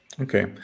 Okay